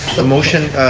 a motion.